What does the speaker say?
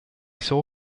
saw